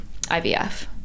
IVF